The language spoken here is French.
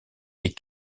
des